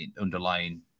underlying